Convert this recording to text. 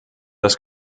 das